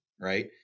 right